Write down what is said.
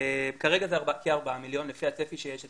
כרגע זה כארבעה מיליון, לפי הצפי שיש אצלנו,